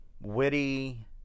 witty